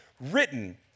written